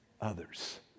others